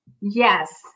Yes